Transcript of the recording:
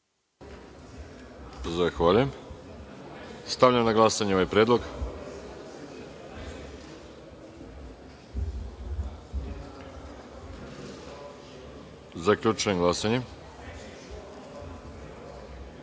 Poslovnik.)Stavljam na glasanje ovaj predlog. Zaključujem glasanje: